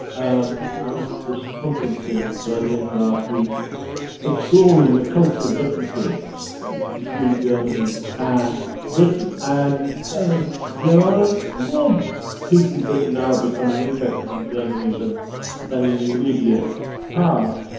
um i was at this conference in berlin last week exploring the cultural differences between germany and britain. and there are more people in britain now becoming interested in germany than than in the immediate past,